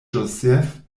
joseph